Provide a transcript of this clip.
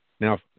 Now